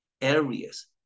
areas